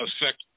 affect